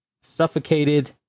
suffocated